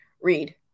read